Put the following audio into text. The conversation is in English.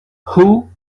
who